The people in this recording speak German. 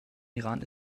iran